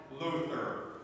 Luther